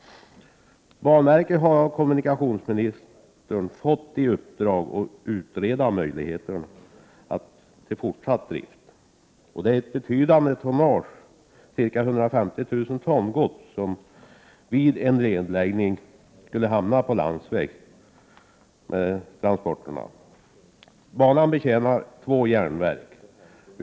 Banverket har av kommunikationsministern fått i uppdrag att utreda möjligheterna till fortsatt drift. Ett betydande tonnage, ca 150 000 ton gods, skulle vid en nedläggning föras över till landsvägstransporter. Banan betjänar två järnverk.